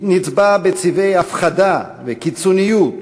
נצבע בצבעי "הפחדה" ו"קיצוניות",